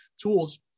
tools